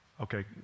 Okay